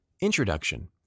Introduction